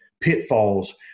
pitfalls